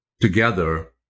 together